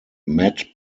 matt